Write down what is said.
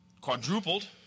quadrupled